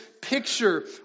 picture